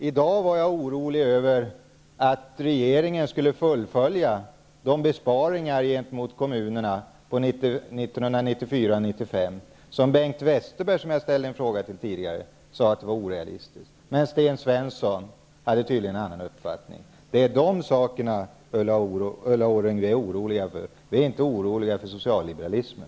I dag är jag orolig för att regeringen under 1994--95 skall fullfölja de besparingar gentemot kommunerna som Bengt Westerberg -- som jag ställde en fråga till tidigare -- sade var orealistiska. Sten Svensson har tydligen en annan uppfattning. Det är dessa saker, Ulla Orring, som vi är oroliga för. Vi är inte oroliga för socialliberalismen.